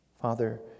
Father